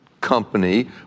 company